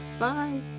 Bye